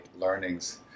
learnings